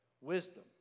Wisdom